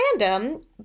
random